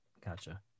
Gotcha